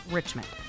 Richmond